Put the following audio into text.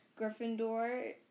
Gryffindor